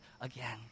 again